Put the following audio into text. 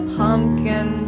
pumpkin